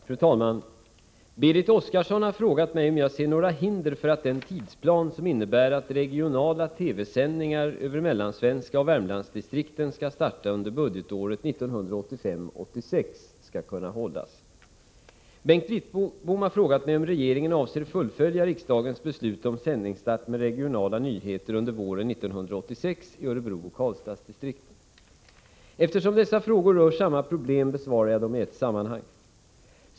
Fru talman! Berit Oscarsson har frågat mig om jag ser några hinder för att den tidsplan som innebär att regionala TV-sändningar över Mellansvenska och Värmlandsdistrikten skall starta under budgetåret 1985/86 skall kunna hållas. Bengt Wittbom har frågat mig om regeringen avser fullfölja riksdagens beslut om sändningsstart med regionala nyheter under våren 1986 i Örebrooch Karlstadsdistrikten. Eftersom dessa frågor rör samma problem besvarar jag dem i ett sammanhang.